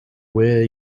where